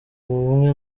bumwe